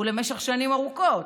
ולמשך שנים ארוכות.